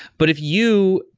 but if you,